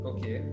Okay